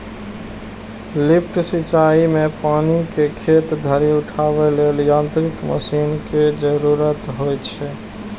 lift सिंचाइ मे पानि कें खेत धरि उठाबै लेल यांत्रिक मशीन के जरूरत होइ छै